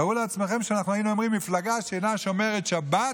תארו לעצמכם שאנחנו היינו אומרים: מפלגה שאינה שומרת שבת,